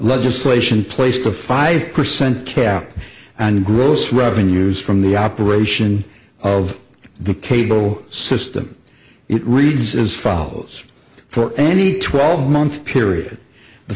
legislation placed a five percent cap on gross revenues from the operation of the cable system it reads as follows for any twelve month period the